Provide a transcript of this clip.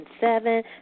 Seven